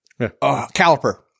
Caliper